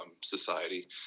society